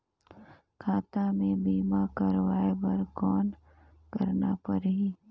खाता से बीमा करवाय बर कौन करना परही?